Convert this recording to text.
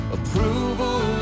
Approval